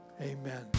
amen